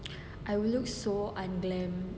I will look so unglam